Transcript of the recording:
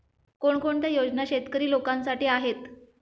कोणकोणत्या योजना शेतकरी लोकांसाठी आहेत?